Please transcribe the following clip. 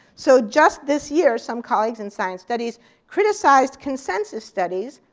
so just this year some colleagues in science studies criticized consensus studies,